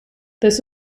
this